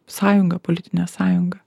sąjunga politinė sąjunga